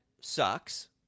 sucks